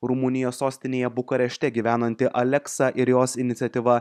rumunijos sostinėje bukarešte gyvenanti aleksa ir jos iniciatyva